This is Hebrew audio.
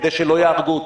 כדי שלא יהרגו אותו.